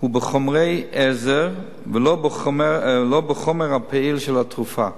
הוא בחומרי עזר ולא בחומר הפעיל של התרופה